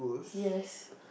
yes